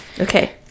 okay